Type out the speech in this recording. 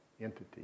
entity